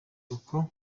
kuko